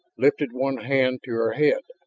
lifted one hand to her head.